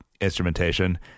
instrumentation